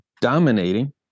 dominating